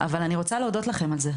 אבל אני רוצה להודות לכן על זה.